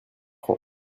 francs